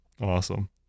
Awesome